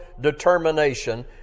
determination